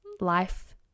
life